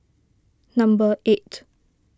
number eight